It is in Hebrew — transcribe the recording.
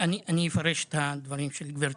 אני אפרש את הדברים של גבירתי.